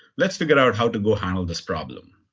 let's figure out how to go handle this problem.